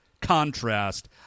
contrast